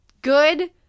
good